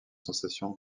sensation